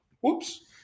Whoops